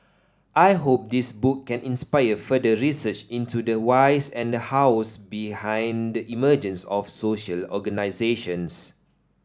I hope this book can inspire further research into the whys and the hows behind the emergence of social organisations